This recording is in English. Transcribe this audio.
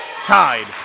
tied